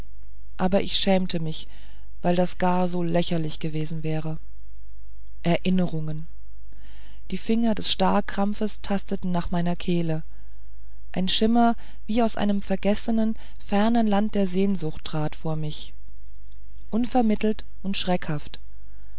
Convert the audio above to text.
aber ich schämte mich weil das gar so lächerlich gewesen wäre erinnerung die finger des starrkrampfes tasteten nach meiner kehle ein schimmer wie aus einem vergessenen fernen land der sehnsucht trat vor mich unvermittelt und schreckhaft